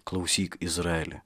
klausyk izraeli